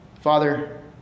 Father